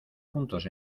juntos